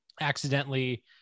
accidentally